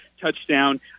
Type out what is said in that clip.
touchdown